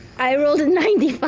i rolled a ninety